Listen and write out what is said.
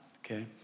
okay